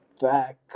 back